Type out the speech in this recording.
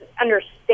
understand